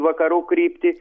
vakarų kryptį